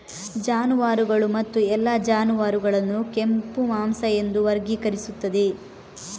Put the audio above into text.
ಜಾನುವಾರುಗಳು ಮತ್ತು ಎಲ್ಲಾ ಜಾನುವಾರುಗಳನ್ನು ಕೆಂಪು ಮಾಂಸ ಎಂದು ವರ್ಗೀಕರಿಸುತ್ತದೆ